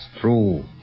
True